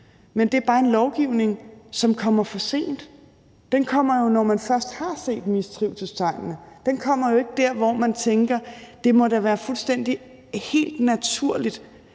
men det er bare en lovgivning, som kommer for sent. Den kommer jo først, når man har set mistrivselstegnene, men den kommer jo ikke der, hvor man tænker, at det da må være helt naturligt,